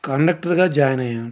కండక్టర్గా join అయినాను